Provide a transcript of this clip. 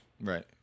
right